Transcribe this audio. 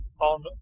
on